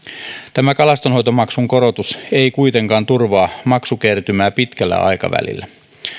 tämä kalastonhoitomaksun korotus ei kuitenkaan turvaa maksukertymää pitkällä aikavälillä